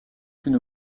une